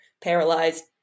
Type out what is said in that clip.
paralyzed